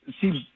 seems